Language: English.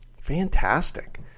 Fantastic